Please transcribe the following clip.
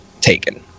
taken